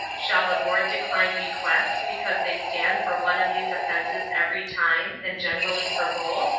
shall the board decline bequests because they stand for one of these offenses every time and generally for both?